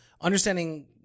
understanding